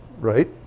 right